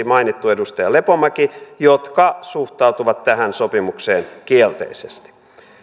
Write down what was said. mainittu edustaja lepomäki jotka suhtautuvat tähän sopimukseen kielteisesti